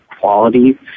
quality